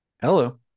Hello